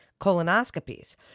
colonoscopies